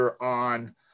on